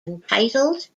entitled